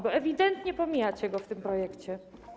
Bo ewidentnie pomijacie go w tym projekcie.